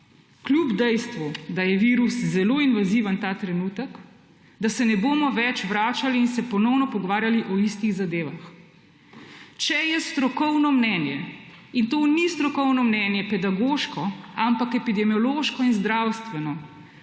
kljub dejstvu, da je virus zelo invaziven ta trenutek, da se ne bomo več vračali in se ponovno pogovarjali o istih zadevah. Če je strokovno mnenje in to ni pedagoško strokovno mnenje, ampak epidemiološko in zdravstveno,